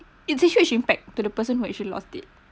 it's a huge impact to the person which she lost it